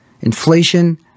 Inflation